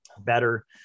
better